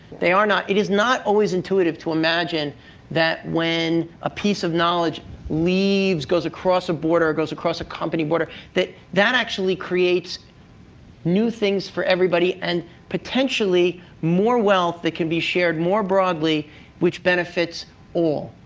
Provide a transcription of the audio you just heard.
they are not. it is not always intuitive to imagine that when a piece of knowledge leaves, goes across a border, goes across a company border that that actually creates new things for everybody and potentially more wealth that can be shared more broadly which benefits all.